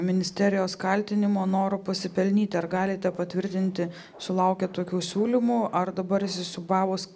ministerijos kaltinimo noru pasipelnyti ar galite patvirtinti sulaukę tokių siūlymų ar dabar įsisiūbavus